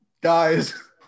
Guys